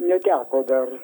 neteko dar